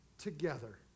together